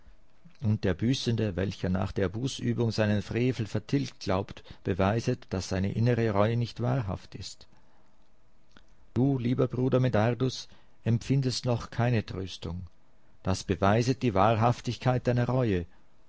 und der büßende welcher nach der bußübung seinen frevel vertilgt glaubt beweiset daß seine innere reue nicht wahrhaft ist du lieber bruder medardus empfindest noch keine tröstung das beweiset die wahrhaftigkeit deiner reue